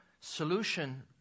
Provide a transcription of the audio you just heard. solution